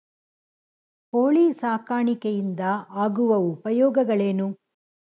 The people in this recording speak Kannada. ಕೋಳಿ ಸಾಕಾಣಿಕೆಯಿಂದ ಆಗುವ ಉಪಯೋಗಗಳೇನು?